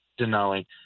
Denali